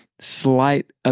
Slight